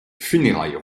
funérailles